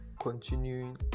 continuing